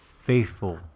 faithful